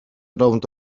rownd